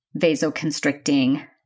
vasoconstricting